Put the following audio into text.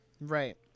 Right